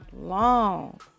long